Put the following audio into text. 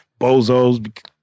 bozos